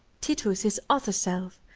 titus, his other self,